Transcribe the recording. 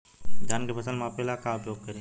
धान के फ़सल मापे ला का उपयोग करी?